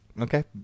Okay